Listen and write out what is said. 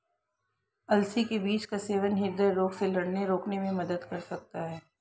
अलसी के बीज का सेवन हृदय रोगों से लड़ने रोकने में मदद कर सकता है